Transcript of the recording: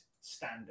standard